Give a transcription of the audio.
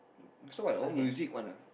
so like all music one ah